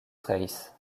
race